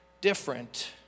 different